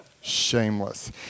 Shameless